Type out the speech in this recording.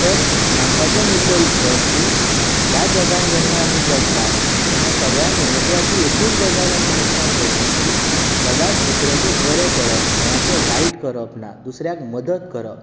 तर सांगपाचो मुद्दो इतलोच की ह्या जगांत जेन्ना आमी जगतात तेन्ना सगळ्यांत म्हत्वाची एकूच गजाल आमी लक्षांत दवरप की सदांच दुसऱ्याचे बरें करप कोणाचे वायट करप ना दुसऱ्याक मदत करप